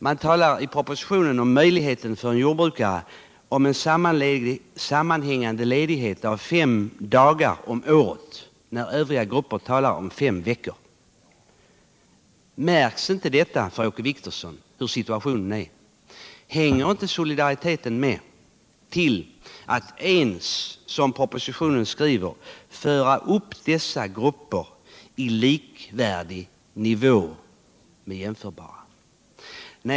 Man talar i propositionen om möjligheten för jordbrukaren till en sammanhängande ledighet av fem dagar om året — när övriga grupper talar om fem veckor. Märker inte Åke Wictorsson den skriande orättvisan i denna situation? Hänger inte solidariteten med till att ens — som det heter i propositionen — föra upp dessa grupper till en nivå som är likvärdig med den som jämförbara grupper uppnår?